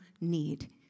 need